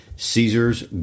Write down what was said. Caesar's